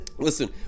Listen